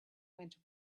went